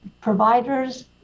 providers